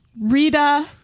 Rita